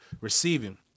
Receiving